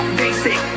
basic